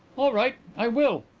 all right, i will.